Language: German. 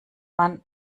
man